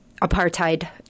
apartheid